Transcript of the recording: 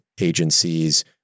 agencies